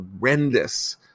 horrendous